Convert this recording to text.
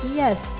yes